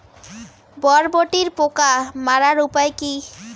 বরবটির পোকা মারার উপায় কি?